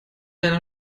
einer